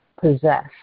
possess